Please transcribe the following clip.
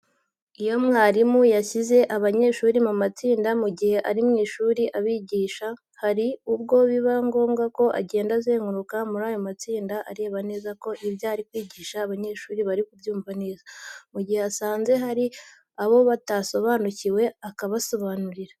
Iyo mwarimu yashyize abanyeshuri mu matsinda mu gihe ari mu ishuri abigisha, hari ubwo biba ngombwa ko agenda azenguruka muri ayo matsinda areba neza ko ibyo ari kwigisha abanyeshuri bari kubyumva neza. Mu gihe asanze hari aho batasobanukiwe akabasobanurira.